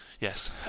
yes